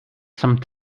some